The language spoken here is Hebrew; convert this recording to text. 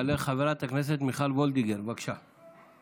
חברת הכנסת מיכל וולדיגר, בבקשה.